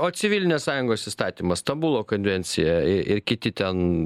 o civilinės sąjungos įstatymas stambulo konvencija i ir kiti ten